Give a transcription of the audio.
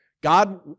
God